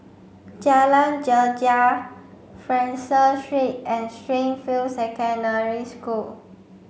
Jalan Greja Fraser Street and Springfield Secondary School